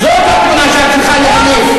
זאת התמונה שאת צריכה להניף,